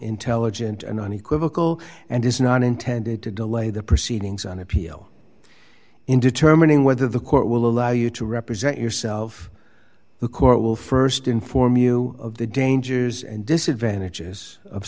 intelligent and unequivocal and is not intended to delay the proceedings on appeal in determining whether the court will allow you to represent yourself the court will st inform you of the dangers and disadvantages of